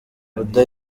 oda